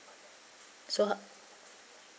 so how